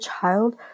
child